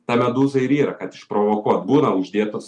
ta medūza ir yra kad išprovokuot būna uždėtos